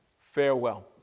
Farewell